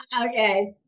Okay